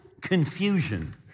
confusion